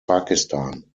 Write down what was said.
pakistan